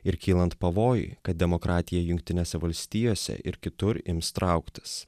ir kylant pavojui kad demokratija jungtinėse valstijose ir kitur ims trauktis